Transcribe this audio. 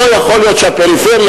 לא יכול להיות שבפריפריה,